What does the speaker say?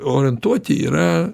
orientuoti yra